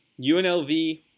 UNLV